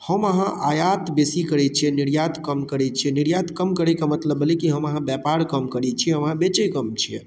हम अहाँ आयात बेसी करैत छियै निर्यात कम करैत छियै निर्यात कम करै कऽ मतलब भेलै कि हम अहाँ व्यापार कम करैत छियै हम अहाँ बेचैत कम छियै